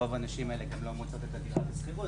רוב הנשים האלה גם לא מוצאות דירה בשכירות,